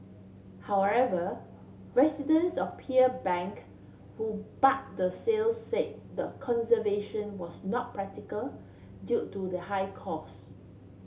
however residents of Pearl Bank who the sale say the conservation was not practical due to the high cost